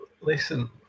Listen